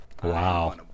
Wow